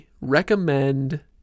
recommend